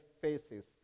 faces